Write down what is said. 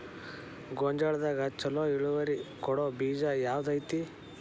ಗೊಂಜಾಳದಾಗ ಛಲೋ ಇಳುವರಿ ಕೊಡೊ ಬೇಜ ಯಾವ್ದ್ ಐತಿ?